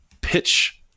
pitch